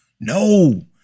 No